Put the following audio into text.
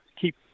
keep